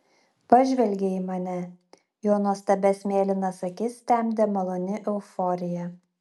pažvelgė į mane jo nuostabias mėlynas akis temdė maloni euforija